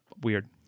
weird